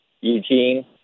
Eugene